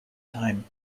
time